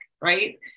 right